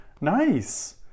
nice